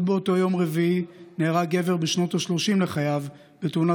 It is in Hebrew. באותו יום רביעי נהרג גם גבר בשנות ה-30 לחייו בתאונת